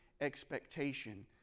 expectation